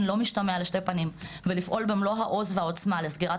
לא משתמע לשתי פנים ולפעול במלוא העוז והעוצמה לסגירת